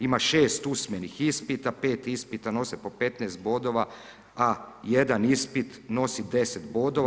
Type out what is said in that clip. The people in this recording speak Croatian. Ima 6 usmenih ispita, 5 ispita nose po 15 bodova, a jedan ispit nosi 10 bodova.